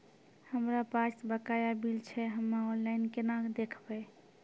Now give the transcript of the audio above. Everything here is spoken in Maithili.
हमरा पास बकाया बिल छै हम्मे ऑनलाइन केना देखबै?